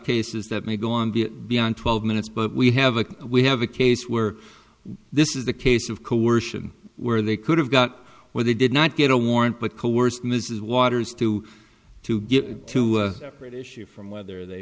cases that may go on the beyond twelve minutes but we have a we have a case where this is the case of coercion where they could have got where they did not get a warrant but coerced mrs waters to to get to read issue from whether they